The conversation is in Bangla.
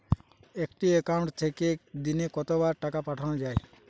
একটি একাউন্ট থেকে দিনে কতবার টাকা পাঠানো য়ায়?